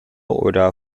oder